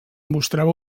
mostrava